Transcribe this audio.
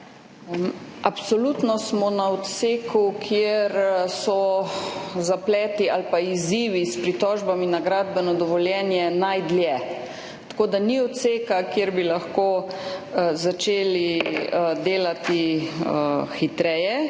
Absolutno smo na odseku, kjer so zapleti ali izzivi s pritožbami na gradbeno dovoljenje najdaljši, tako da ni odseka, kjer bi lahko začeli delati hitreje.